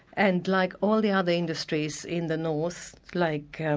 and like all the other industries in the north like